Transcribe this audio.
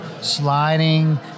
sliding